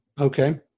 Okay